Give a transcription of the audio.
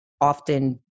often